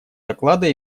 доклада